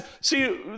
See